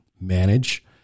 manage